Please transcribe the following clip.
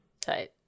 Tight